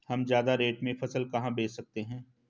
हम ज्यादा रेट में फसल कहाँ बेच सकते हैं?